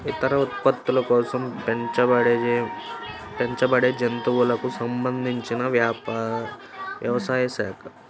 ఇతర ఉత్పత్తుల కోసం పెంచబడేజంతువులకు సంబంధించినవ్యవసాయ శాఖ